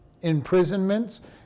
imprisonments